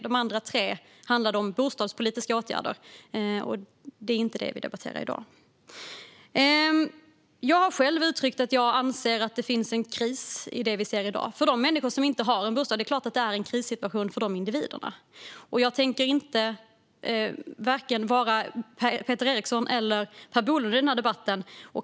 De andra tre handlade om bostadspolitiska åtgärder, och det är inte detta vi debatterar i dag. Jag har själv uttryckt att jag anser att det finns en kris i det som vi ser i dag. När det gäller de människor som inte har en bostad är det klart att det är en krissituation för dessa individer. Jag tänker inte vara vare sig Peter Eriksson eller Per Bolund i denna debatt.